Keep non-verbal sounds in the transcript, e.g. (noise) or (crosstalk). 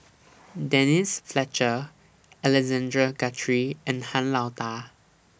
(noise) Denise Fletcher Alexander Guthrie and Han Lao DA